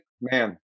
man